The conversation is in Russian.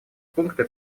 пункты